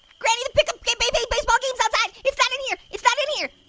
granny, the pick-up baseball game's outside, it's not in here, it's not in here!